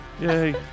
Yay